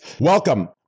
welcome